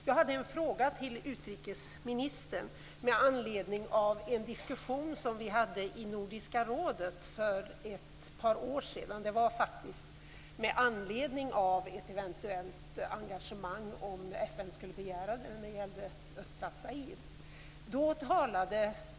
Jag har en fråga till utrikesministern med anledning av en diskussion som vi hade i Nordiska rådet för ett par år sedan. Diskussionen handlade om ett eventuellt engagemang och om FN skulle begära det när det gällde östra Zaire.